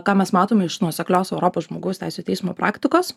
ką mes matome iš nuoseklios europos žmogaus teisių teismo praktikos